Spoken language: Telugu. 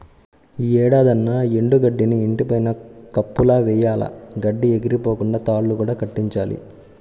యీ ఏడాదన్నా ఎండు గడ్డిని ఇంటి పైన కప్పులా వెయ్యాల, గడ్డి ఎగిరిపోకుండా తాళ్ళు కూడా కట్టించాలి